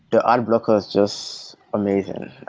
the ad blocker is just amazing.